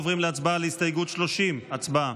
עוברים להצבעה על הסתייגות 30. הצבעה.